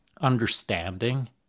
understanding